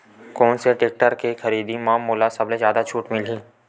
कोन से टेक्टर के खरीदी म मोला सबले जादा छुट मिलही?